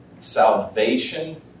Salvation